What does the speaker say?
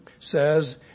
says